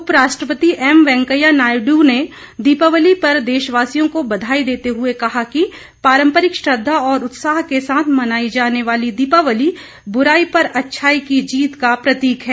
उपराष्ट्रपति एम वेंकैया नायडू ने दीपावली पर देशवासियों को बधाई देते हुए कहा है कि पारंपरिक श्रद्वा और उत्साह के साथ मनाई जाने वाली दीपावली बुराई पर अच्छाई की जीत का प्रतीक है